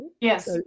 Yes